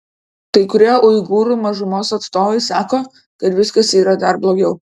kai kurie uigūrų mažumos atstovai sako kad viskas yra dar blogiau